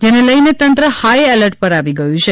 આને લીધે તંત્ર હાઈએલર્ટ પર આવી ગયું છે